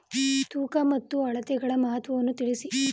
ತೂಕ ಮತ್ತು ಅಳತೆಗಳ ಮಹತ್ವವನ್ನು ತಿಳಿಸಿ?